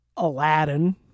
Aladdin